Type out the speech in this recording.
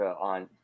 on